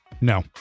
no